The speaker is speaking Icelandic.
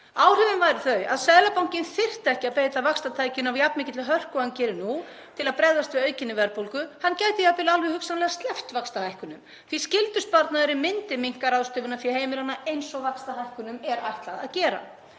Áhrifin væru þau að Seðlabankinn þyrfti ekki að beita vaxtatækinu af jafn mikilli hörku og hann gerir nú til að bregðast við aukinni verðbólgu. Hann gæti jafnvel hugsanlega sleppt vaxtahækkunum því skyldusparnaðurinn myndi minnka ráðstöfunarfé heimilanna eins og vaxtahækkunum er ætlað að gera.